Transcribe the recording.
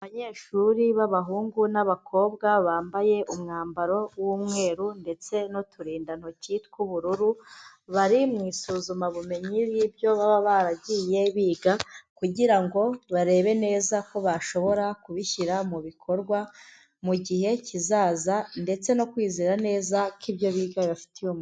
Abanyeshuri b'abahungu n'abakobwa bambaye umwambaro w'umweru ndetse n'uturindantoki tw'ubururu, bari mu isuzumabumenyi ry'ibyo baba baragiye biga kugira ngo barebe neza ko bashobora kubishyira mu bikorwa mu gihe kizaza ndetse no kwizera neza ko ibyo biga bibafitiye umumaro.